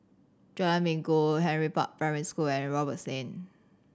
Jalan Minggu Henry Park Primary School and Roberts Lane